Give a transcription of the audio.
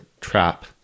trap